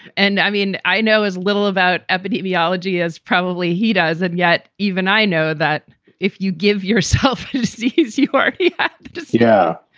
and i mean, i know as little about epidemiology as probably he does. and yet even i know that if you give yourself a disease, you are yeah just. yeah,